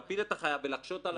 להפיל את החייב ולהקשות עליו.